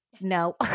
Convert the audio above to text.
No